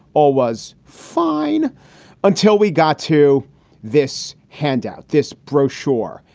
all was fine until we got to this handout, this brochure,